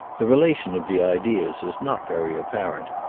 the relation of the ideas is not very apparent,